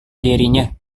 dirinya